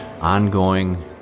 Ongoing